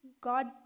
God